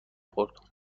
خورد